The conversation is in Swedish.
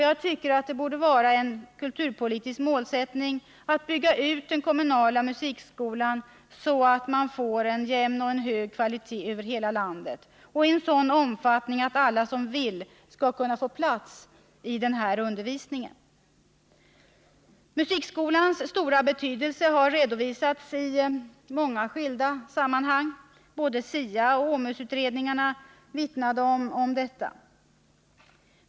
Jag tycker att det borde vara en kulturpolitisk målsättning att bygga ut den kommunala musikskolan så att man får en jämn och hög kvalitet över hela landet och en sådan omfattning att alla som vill skall kunna få plats i undervisningen. Musikskolans stora betydelse har redovisats i skilda sammanhang; SIA och OMUS-utredningarna omvittnade detta.